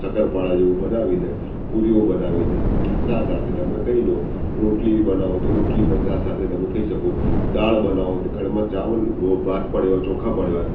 શક્કરપારા જેવું બનાવીને પુરીઓ બનાવી ને ચા સાથે તમે ખાઈ લો રોટલી બનાવો તો રોટલી પણ ચા સાથે તમે ખાઈ શકો દાળ બનાવો ઘરમાં ચાવલ ભાત પડ્યો હોય ચોખા પડ્યા હોય